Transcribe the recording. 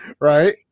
Right